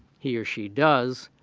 here, she does.